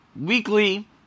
weekly